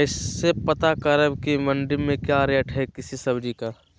कैसे पता करब की मंडी में क्या रेट है किसी सब्जी का?